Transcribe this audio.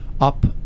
up